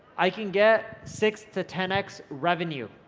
i can get six to ten x revenue.